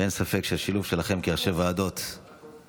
אין ספק שהשילוב שלכם כראשי ועדות, כמוך.